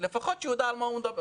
לפחות שהוא יידע על מה הוא מדבר.